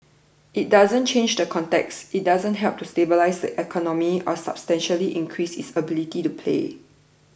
it doesn't change the context it doesn't help to stabilise the economy or substantially increase its ability to pay